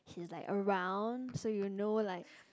he's like around so you know like